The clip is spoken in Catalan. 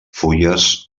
fulles